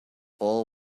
all